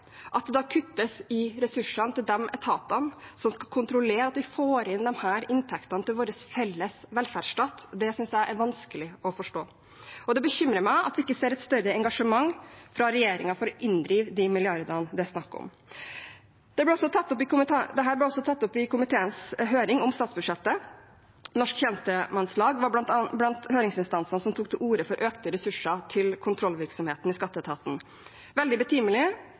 At det da kuttes i ressursene til de etatene som skal kontrollere at vi får inn disse inntektene til vår felles velferdsstat, synes jeg er vanskelig å forstå. Og det bekymrer meg at vi ikke ser et større engasjement fra regjeringen for å inndrive de milliardene det er snakk om. Dette ble også tatt opp i komiteens høring om statsbudsjettet. Norsk Tjenestemannslag var blant høringsinstansene som tok til orde for økte ressurser til kontrollvirksomheten i skatteetaten. Veldig